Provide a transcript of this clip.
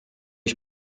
ich